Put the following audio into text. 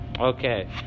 Okay